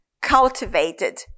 cultivated